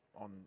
on